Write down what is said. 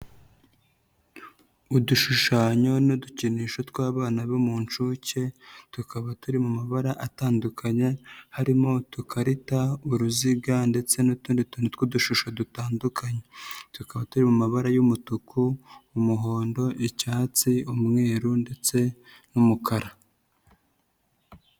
Udushushanyo n'udukinisho tw'abana bo mu ncuke, tukaba turi mu mabara atandukanye harimo udukarita, uruziga ndetse n'utundi tuntu tw'udushusho dutandukanye. Tukaba turi mu mabara y'umutuku, umuhondo, icyatsi, umweru ndetse n'umukara.